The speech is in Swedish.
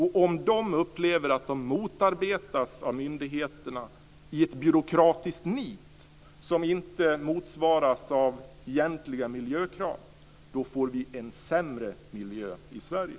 Om de upplever att de motarbetas av myndigheterna i ett byråkratiskt nit som inte motsvaras av egentliga miljökrav får vi en sämre miljö i Sverige.